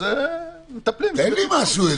תן לי משהו.